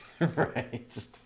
right